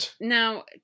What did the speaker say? now